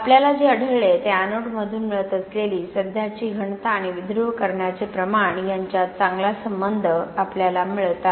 आपल्याला जे आढळले ते एनोडमधून मिळत असलेली सध्याची घनता आणि विध्रुवीकरणाचे प्रमाण यांच्यात चांगला संबंध आपल्याला मिळत आहे